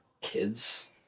kids